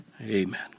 Amen